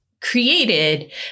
created